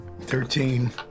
Thirteen